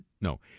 no